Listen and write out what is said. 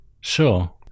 Sure